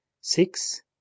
Six